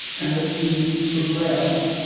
and that we progress